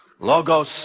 logos